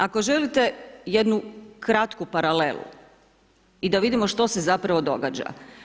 Ako želite jednu kratku paralelu i da vidimo što se zapravo događa.